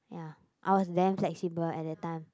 ya I was damn flexible at that time